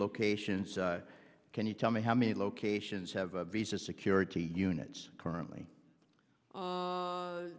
locations can you tell me how many locations have a visa security units currently